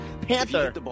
panther